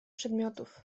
przedmiotów